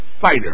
fighter